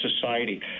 society